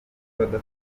amasura